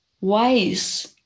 wise